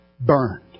Burned